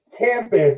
campus